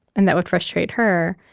and that would frustrate her,